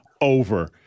over